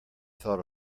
thought